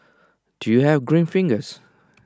do you have green fingers